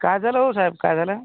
काय झालं हो साहेब काय झालं